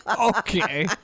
Okay